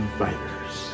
fighters